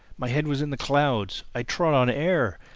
my head was in the clouds. i trod on air.